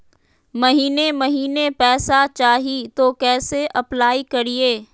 महीने महीने पैसा चाही, तो कैसे अप्लाई करिए?